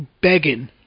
begging